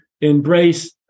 embrace